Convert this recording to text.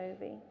movie